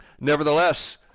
Nevertheless